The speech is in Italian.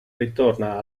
ritorna